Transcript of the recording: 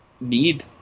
need